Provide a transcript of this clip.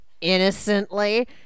innocently